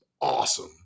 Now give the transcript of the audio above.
awesome